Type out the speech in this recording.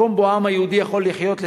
מקום שבו העם היהודי יכול לחיות,